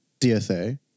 DSA